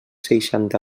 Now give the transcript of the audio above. seixanta